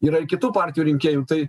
yra ir kitų partijų rinkėjų tai